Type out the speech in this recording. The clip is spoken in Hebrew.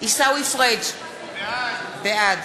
עיסאווי פריג' בעד